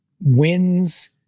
wins